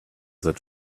that